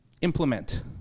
Implement